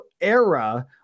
era –